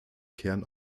kern